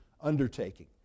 undertaking